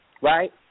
right